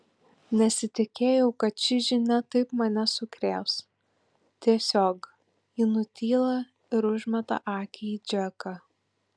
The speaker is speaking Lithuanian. nesitikėjau kad ši žinia taip mane sukrės tiesiog ji nutyla ir užmeta akį į džeką